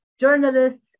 journalists